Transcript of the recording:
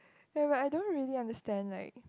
yeah but I don't really understand like